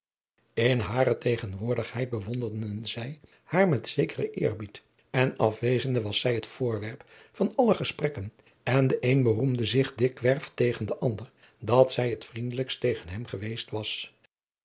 in hare tegenwoordigheid bewonderden zij haar met zekeren eerbied en afwezende was zij het voorwerp van aller gesprekken en de een beroemde zich dikwerf tegen den ander dat zij het vriendelijkst tegen hem geweest was